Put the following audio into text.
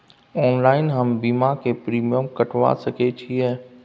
Online हम बीमा के प्रीमियम कटवा सके छिए?